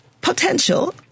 potential